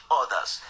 others